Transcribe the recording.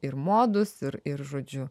ir modus ir ir žodžiu